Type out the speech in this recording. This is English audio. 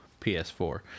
PS4